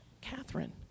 Catherine